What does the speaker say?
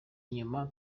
inyuma